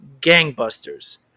gangbusters